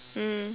mm